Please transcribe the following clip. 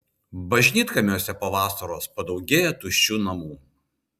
bažnytkaimiuose po vasaros padaugėja tuščių namų